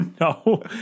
no